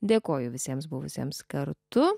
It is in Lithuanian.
dėkoju visiems buvusiems kartu